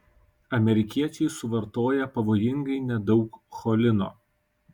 amerikiečiai suvartoja pavojingai nedaug cholino